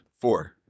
Four